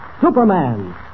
Superman